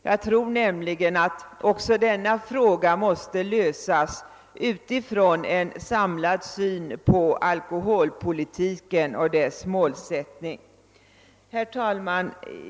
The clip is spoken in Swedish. Jag tror nämligen att också denna fråga måste lösas utifrån en samlad syn på alkoholpolitiken och dess målsättning. Herr talman!